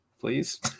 Please